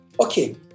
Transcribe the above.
okay